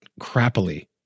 crappily